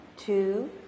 Two